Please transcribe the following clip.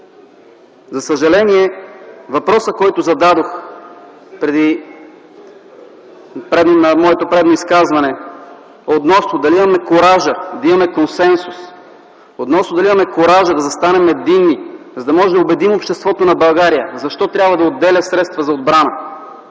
За съжаление, на въпроса, който зададох в моето предно изказване: дали имаме куража да имаме консенсус, дали имаме куража да застанем единни, за да можем да убедим обществото на България защо трябва да отделя средства за отбрана,